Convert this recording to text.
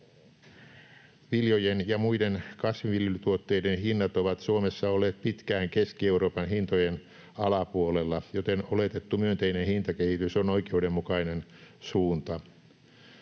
Viljojen ja muiden viljelykasvien hinnat ovat Suomessa olleet pitkään Keski-Euroopan hintojen alapuolella, joten oletettu myönteinen hintakehitys on oikeudenmukainen suunta.